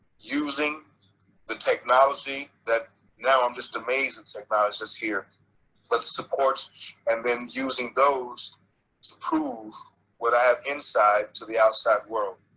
using the technology that now i'm just amazed at technologies here plus the supports and then using those to prove what i have inside to the outside world.